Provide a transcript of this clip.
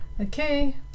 Okay